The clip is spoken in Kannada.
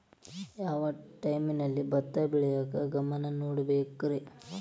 ಯಾವ್ ಟೈಮಲ್ಲಿ ಭತ್ತ ಬೆಳಿಯಾಕ ಗಮನ ನೇಡಬೇಕ್ರೇ?